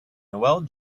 noel